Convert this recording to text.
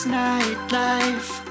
nightlife